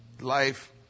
Life